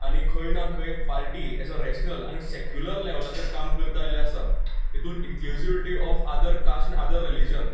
आनी खंय ना खंय पार्टी एज अ रेशनल आनी सेक्युलर लेव्हलाचेर काम करत आयिल्ली आसा तितूंत inclusivity of other caste and religion